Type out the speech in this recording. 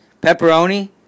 pepperoni